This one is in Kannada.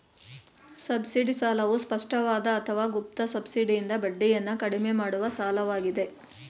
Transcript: ಸಬ್ಸಿಡಿ ಸಾಲವು ಸ್ಪಷ್ಟವಾದ ಅಥವಾ ಗುಪ್ತ ಸಬ್ಸಿಡಿಯಿಂದ ಬಡ್ಡಿಯನ್ನ ಕಡಿಮೆ ಮಾಡುವ ಸಾಲವಾಗಿದೆ